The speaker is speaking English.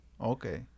Okay